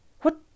What